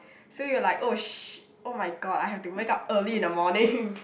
so you're like oh sh~ !oh-my-god! I have to wake up early in the morning